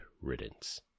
riddance